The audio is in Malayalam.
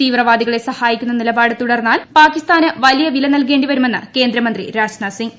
തീവ്രവാദികളെ സഹായിക്കുന്ന നിലപാട് തുടർന്നാൽ പാകിസ്ഥാന് വലിയ വില ന് നൽകേണ്ടിവരുമെന്ന് കേന്ദ്രമന്ത്രി രാജ്നാഥ് സിംഗ്